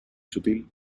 sutil